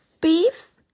Beef